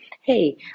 hey